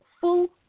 full